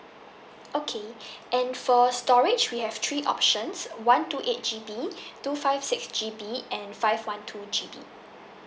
okay and for storage we have three options one two eight G_B two five six G_B and five one two G_B